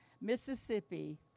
Mississippi